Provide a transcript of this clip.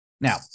Now